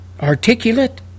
articulate